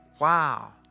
Wow